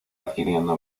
adquiriendo